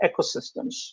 ecosystems